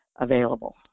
available